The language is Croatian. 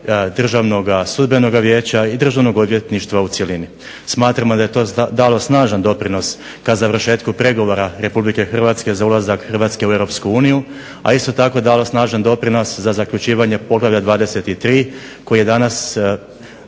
Državnog sudbenog vijeća i Državnog odvjetništva u cjelini. Smatramo da je to dalo snažan doprinos ka završetku pregovora RH za ulazak Hrvatske u EU a isto tako dala snažan doprinos za zaključivanje poglavlja 23 koje je danas